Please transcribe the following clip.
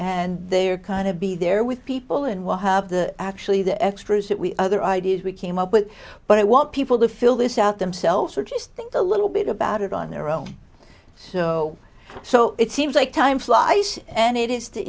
and they're kind of be there with people and we'll have the actually the extras that we other ideas we came up with but i want people to fill this out themselves or just think a little bit about it on their own so so it seems like time flies and it is to